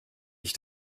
ich